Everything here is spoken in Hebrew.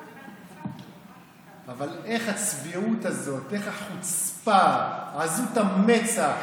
אבל איך הצביעות הזאת, איך החוצפה, עזות המצח.